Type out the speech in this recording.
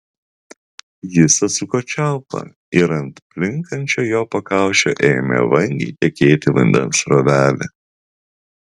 jis atsuko čiaupą ir ant plinkančio jo pakaušio ėmė vangiai tekėti vandens srovelė